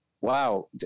wow